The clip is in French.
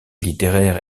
littéraire